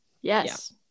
Yes